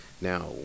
Now